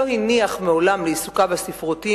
לא הניח מעולם לעיסוקיו הספרותיים,